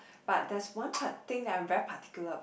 but there's one part thing that I'm very particular about